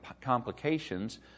complications